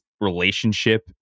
relationship